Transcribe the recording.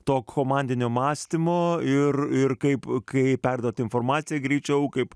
to komandinio mąstymo ir ir kaip kai perduoti informaciją greičiau kaip